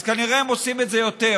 אז כנראה הם עושים את זה יותר.